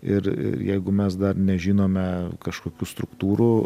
ir jeigu mes dar nežinome kažkokių struktūrų